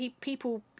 people